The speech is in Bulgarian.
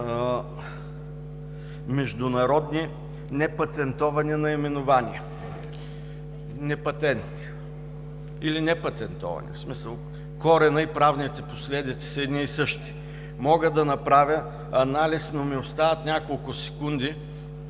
международни непатентовани наименования – непатенти, или непатентовани. В смисъл коренът и правните последици са едни и същи. Мога да направя анализ, но ми остават няколко секунди,